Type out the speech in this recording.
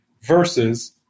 versus